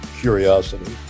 curiosity